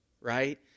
right